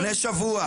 לפני שבוע.